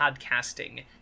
Podcasting